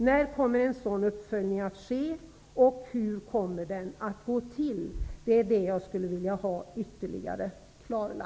När kommer en sådan uppföljning att ske, och hur kommer den att gå till? Det skulle jag vilja ha klarlagt.